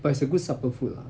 but it's a good supper food lah